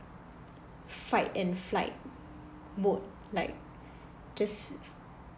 fight and flight mode like just